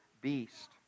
beast